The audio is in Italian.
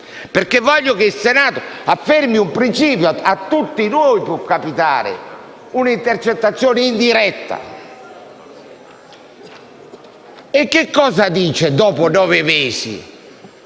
perché voglio che il Senato affermi un principio, dato che a tutti noi può capitare una intercettazione indiretta. Ebbene, dopo nove mesi,